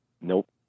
nope